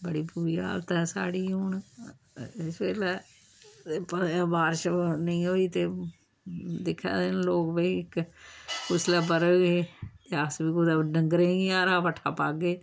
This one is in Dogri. बड़ी बुरी हालत ऐ साढ़ी हून इस बेल्लै बारश नेईं होई ते दिक्खा दे न लोग भई कुसलै बरग एह् ते अस बी कुदै डंगरें गी हरा पट्ठा पाह्गे